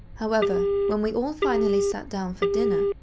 however, when we all finally sat down for dinner,